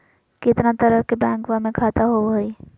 कितना तरह के बैंकवा में खाता होव हई?